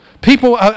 People